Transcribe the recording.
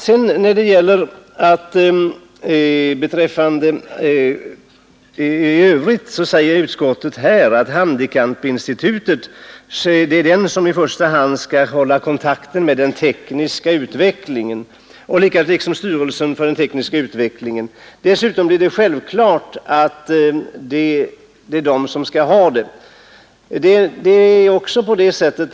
I övrigt säger utskottet på denna punkt att handikappinstitutet i första hand skall hålla kontakten med industrin och distributionsföretagen, liksom styrelsen för teknisk utveckling. Dessutom blir det självklart en uppgift för upphandlingsorganet att göra detta.